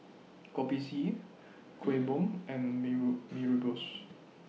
Kopi C Kuih Bom and Mee rule Mee Rebus